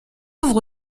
ouvre